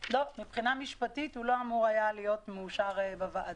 מבחינה משפטית הוא לא היה אמור להיות מאושר בוועדה.